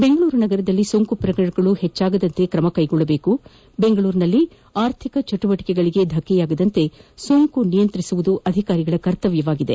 ಬೆಂಗಳೂರು ನಗರದಲ್ಲಿ ಸೋಂಕು ಪ್ರಕರಣಗಳು ಹೆಚ್ಚದಂತೆ ಕ್ರಮ ಕೈಗೊಳ್ಳಬೇಕು ಬೆಂಗಳೂರಿನಲ್ಲಿ ಆರ್ಥಿಕ ಚಟುವಟಿಕೆಗಳಿಗೆ ಧಕ್ಕೆಯಾಗದಂತೆ ಸೋಂಕು ನಿಯಂತ್ರಿಸುವುದು ಅಧಿಕಾರಿಗಳ ಕರ್ತವ್ಯವಾಗಿದೆ